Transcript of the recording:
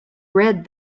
read